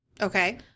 Okay